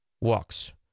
walks